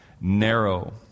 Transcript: narrow